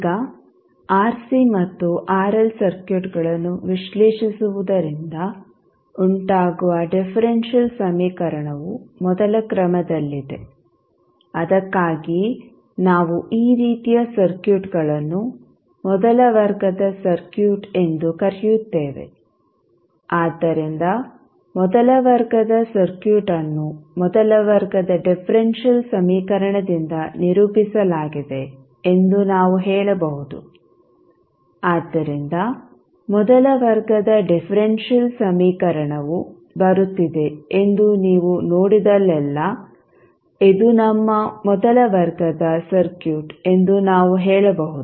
ಈಗ ಆರ್ಸಿ ಮತ್ತು ಆರ್ಎಲ್ ಸರ್ಕ್ಯೂಟ್ಗಳನ್ನು ವಿಶ್ಲೇಷಿಸುವುದರಿಂದ ಉಂಟಾಗುವ ಡಿಫರೆಂಶಿಯಲ್ ಸಮೀಕರಣವು ಮೊದಲ ಕ್ರಮದಲ್ಲಿದೆ ಅದಕ್ಕಾಗಿಯೇ ನಾವು ಈ ರೀತಿಯ ಸರ್ಕ್ಯೂಟ್ಗಳನ್ನು ಮೊದಲ ವರ್ಗದ ಸರ್ಕ್ಯೂಟ್ ಎಂದು ಕರೆಯುತ್ತೇವೆ ಆದ್ದರಿಂದ ಮೊದಲ ವರ್ಗದ ಸರ್ಕ್ಯೂಟ್ಅನ್ನು ಮೊದಲ ವರ್ಗದ ಡಿಫರೆನ್ಷಿಯಲ್ ಸಮೀಕರಣದಿಂದ ನಿರೂಪಿಸಲಾಗಿದೆ ಎಂದು ನಾವು ಹೇಳಬಹುದು ಆದ್ದರಿಂದ ಮೊದಲ ವರ್ಗದ ಡಿಫರೆನ್ಷಿಯಲ್ ಸಮೀಕರಣವು ಬರುತ್ತಿದೆ ಎಂದು ನೀವು ನೋಡಿದಲ್ಲೆಲ್ಲಾ ಇದು ನಮ್ಮ ಮೊದಲ ವರ್ಗದ ಸರ್ಕ್ಯೂಟ್ ಎಂದು ನಾವು ಹೇಳಬಹುದು